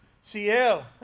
Ciel